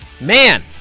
Man